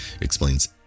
explains